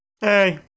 Hey